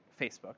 Facebook